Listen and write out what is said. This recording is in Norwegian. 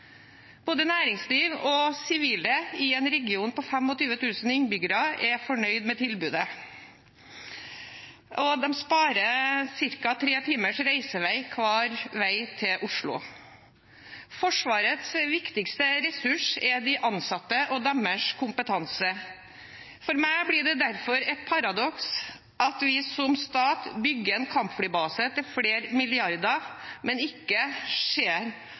Både næringsliv og sivile i en region på 25 000 innbyggere er fornøyd med tilbudet, og de sparer ca. tre timers reisetid hver vei til Oslo. Forsvarets viktigste ressurs er de ansatte og deres kompetanse. For meg blir det derfor et paradoks at vi som stat bygger en kampflybase til flere milliarder, men ikke